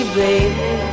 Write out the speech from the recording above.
baby